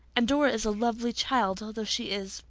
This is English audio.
and dora is a lovely child, although she is.